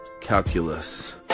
calculus